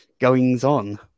goings-on